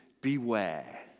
Beware